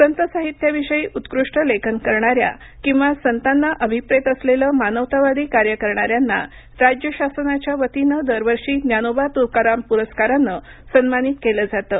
संत साहित्याविषयी उत्कृष्ट लेखन करणाऱ्या किंवा संतांना अभिप्रेत असलेलं मानवतावादी कार्य करणाऱ्यांना राज्य शासनाच्या वतीनं दर वर्षी ज्ञानोबा तुकाराम पुरस्कारानं सन्मानित केलं जातं